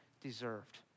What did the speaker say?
deserved